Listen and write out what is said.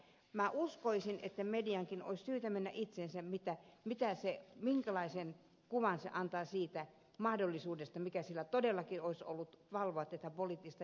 mutta minä uskoisin että mediankin olisi syytä mennä itseensä siinä minkälaisen kuvan se antaa siitä mahdollisuudesta että sillä todellakin olisi ollut keinot valvoa tätä poliittista järjestelmää